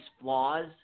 flaws